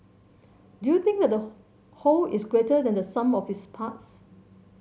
do you think the whole is greater than the sum of its parts